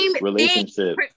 relationship